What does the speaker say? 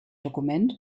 dokument